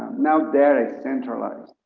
now data is centralized.